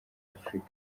afurika